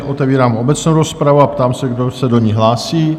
Otevírám obecnou rozpravu a ptám se, kdo se do ní hlásí?